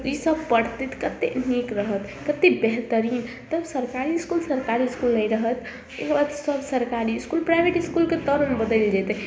इसब पढ़तै तऽ कत्ते नीक रहत कत्ते बेहतरीन तब सरकारी इसकूल सरकारी इसकूल नहि रहत ओकर बाद सब सरकारी इसकूल प्राइभेट इसकूलके तौर मे बदलि जेतै